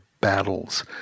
battles